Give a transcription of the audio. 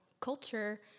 culture